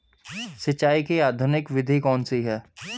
सिंचाई की आधुनिक विधि कौन सी है?